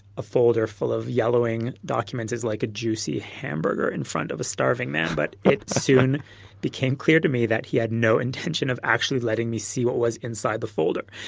a folder full of yellowing documents is like a juicy hamburger in front of a starving man. but it soon became clear to me that he had no intention of actually letting me see what was inside the folder.